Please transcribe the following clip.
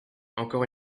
encore